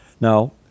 Now